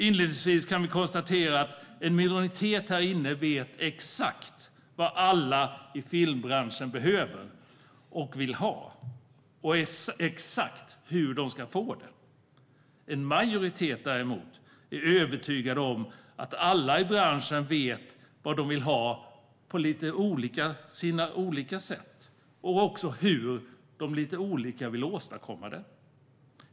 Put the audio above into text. Inledningsvis kan jag konstatera att en minoritet här inne vet exakt vad alla i filmbranschen behöver och vill ha och exakt hur de ska få det. En majoritet däremot är övertygad om att alla i branschen vet vad de vill ha på sina olika sätt och också hur de vill åstadkomma det.